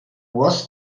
was